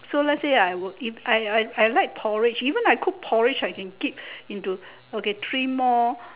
so let's say I will eat I I I like porridge even I cook porridge I can keep into okay three more